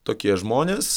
tokie žmonės